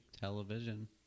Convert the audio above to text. Television